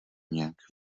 nějak